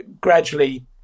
gradually